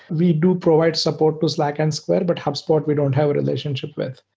we do provide support to slack and square, but hubspot, we don't have a relationship with.